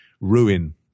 ruin